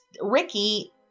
Ricky